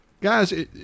guys